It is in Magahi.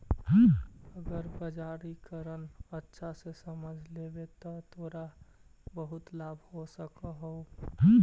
अगर बाजारीकरण अच्छा से समझ लेवे त तोरा बहुत लाभ हो सकऽ हउ